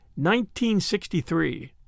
1963